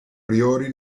priori